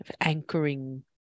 anchoring